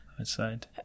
outside